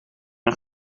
een